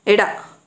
ಎಡ